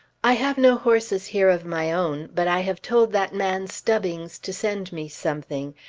i have no horses here of my own, but i have told that man stubbings to send me something,